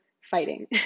fighting